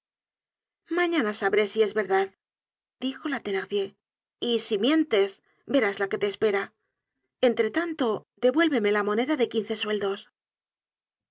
mañana sabré si es verdad dijo la tbenardier y si mientes verás la que te espera entre tanto devuélveme la moneda de quince sueldos